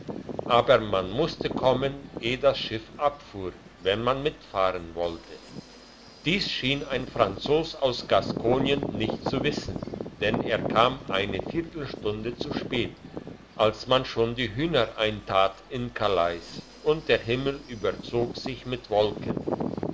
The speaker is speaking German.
aber man musste kommen eh das schiff abfuhr wenn man mitfahren wollte dies schien ein franzos aus gaskonien nicht zu wissen denn er kam eine viertelstunde zu spät als man schon die hühner eintat in calais und der himmel überzog sich mit wolken